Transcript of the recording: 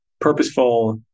purposeful